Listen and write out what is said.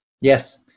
Yes